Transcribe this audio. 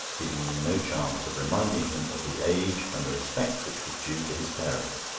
giving me no chance of reminding him of his age and the respect which was due to his parent.